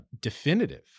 definitive